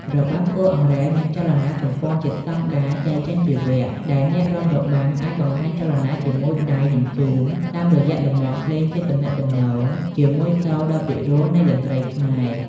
របាំគោះអង្រែមានរចនាសម្ព័ន្ធជាស្តង់ដារចែកចេញជាវគ្គដែលអ្នករបាំអាចបង្ហាញចលនាជាមួយដៃ និងជើង តាមរយៈលំនាំភ្លេងជាទំនាក់ទំនងជាមួយសូរដ៏ពិរោះនៃតន្ត្រីខ្មែរ។